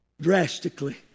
drastically